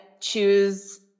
choose